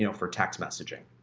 you know for text messaging,